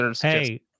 Hey